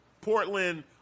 portland